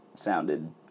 sounded